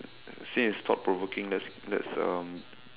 since it's thought provoking let's let's um